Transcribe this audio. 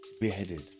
beheaded